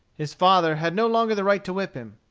his father had no longer the right to whip him.